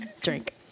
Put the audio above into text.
Drink